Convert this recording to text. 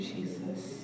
Jesus